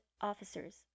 Officers